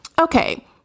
okay